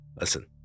Listen